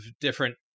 different